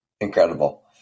Incredible